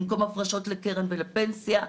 במקום הפרשות לקרן ולפנסיה,